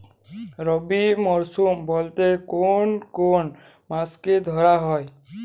রবি মরশুম বলতে কোন কোন মাসকে ধরা হয়?